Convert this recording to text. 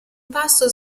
passo